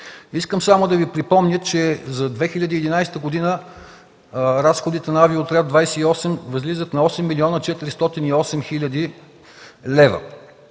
Искам само да Ви припомня, че за 2011 г. разходите на „Авиоотряд 28” възлизат на 8 млн. 408 хил. лв.